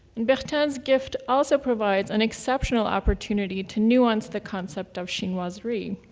and bertin's gift also provides an exceptional opportunity to nuance the concept of chinoiserie.